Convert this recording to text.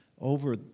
over